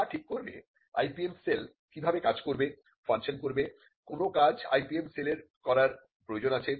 যা ঠিক করবে IPM সেল কিভাবে কাজ করবে ফাংশন করবে কোন কাজ IPM সেলের করার প্রয়োজন আছে